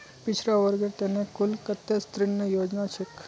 पिछड़ा वर्गेर त न कुल कत्ते ऋण योजना छेक